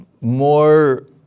more